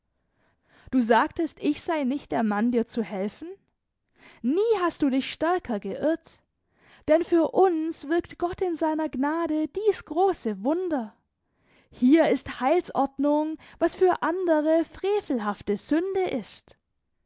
du sagtest ich sei nicht der mann dir zu helfen nie hast du dich stärker geirrt denn für uns wirkt gott in seiner gnade dies große wunder hier ist heilsordnung was für andere frevelhafte sünde ist